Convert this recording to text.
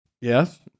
yes